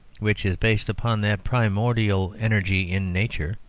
which is based upon that primordial energy in nature.